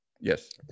Yes